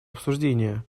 обсуждения